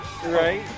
Right